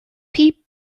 piep